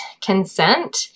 consent